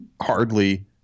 hardly